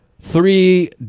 Three